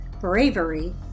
bravery